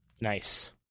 Nice